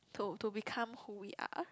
to to become who we are